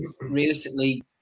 realistically